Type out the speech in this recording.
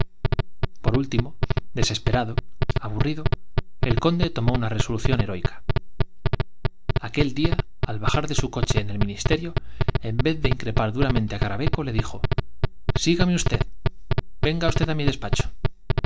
por último i esesperado aburrido el conde tomó una resolución heroica aquel día al pajar de su coche en el ministerio en vez de increpar duramente á carav eco le dijo j sígame usted j venga usted á mi despachol